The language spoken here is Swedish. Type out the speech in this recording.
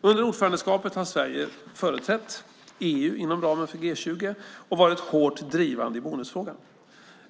Under ordförandeskapet har Sverige företrätt EU inom ramen för G20 och varit hårt drivande i bonusfrågan.